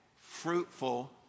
fruitful